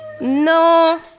No